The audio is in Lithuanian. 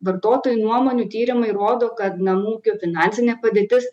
vartotojų nuomonių tyrimai rodo kad namų ūkių finansinė padėtis